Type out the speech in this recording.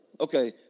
okay